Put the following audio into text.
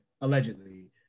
allegedly